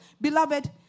Beloved